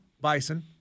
bison